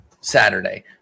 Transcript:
Saturday